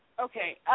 Okay